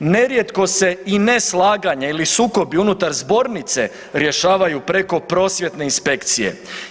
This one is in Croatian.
Nerijetko se i neslaganje ili sukobi unutar zbornice rješavaju preko prosvjetne inspekcije.